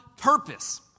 purpose